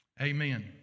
Amen